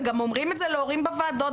וגם אומרים את זה להורים בוועדות.